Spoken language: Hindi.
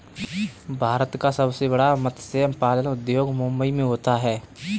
भारत का सबसे बड़ा मत्स्य पालन उद्योग मुंबई मैं होता है